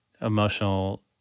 emotional